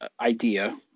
idea